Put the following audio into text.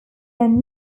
are